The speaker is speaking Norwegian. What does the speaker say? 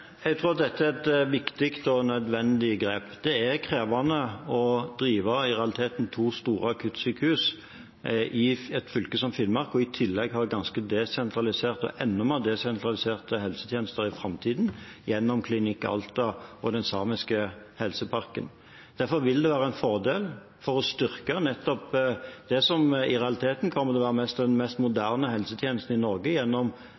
Jeg tror at dette er et viktig og nødvendig grep. Det er krevende å drive i realiteten to store akuttsykehus i et fylke som Finnmark og i tillegg ha ganske desentraliserte og enda mer desentraliserte helsetjenester i framtiden, gjennom Klinikk Alta og den samiske helseparken. Derfor vil dette være en fordel for å styrke nettopp det som i realiteten kommer til å være den mest moderne helsetjenesten i Norge, gjennom